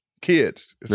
Kids